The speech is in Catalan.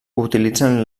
utilitzen